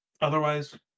otherwise